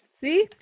See